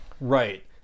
Right